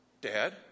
Dad